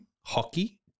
hockey